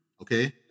okay